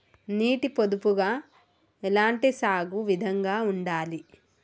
నీటి పొదుపుగా ఎలాంటి సాగు విధంగా ఉండాలి?